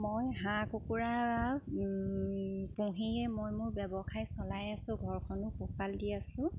মই হাঁহ কুকুৰা পুহিয়ে মই মোৰ ব্যৱসায় চলাই আছোঁ ঘৰখনো পোহপাল দি আছোঁ